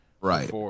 Right